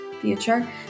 future